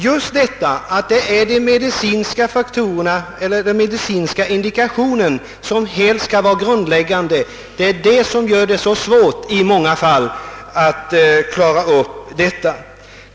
Just detta att det är den medicinska indikationen som skall vara grundläggande gör det i många fall så oerhört svårt att klara ut svårigheterna.